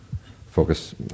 Focus